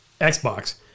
Xbox